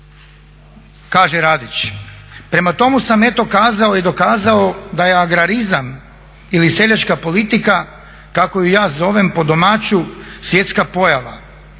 Kaže Radić, prema tomu sam eto kazao i dokazao da je agrarizam ili seljačka politika kako ju ja zovem po domaću svjetska pojava.